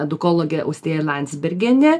edukologė austėja landsbergienė